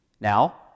Now